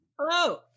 Hello